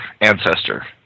ancestor